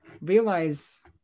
Realize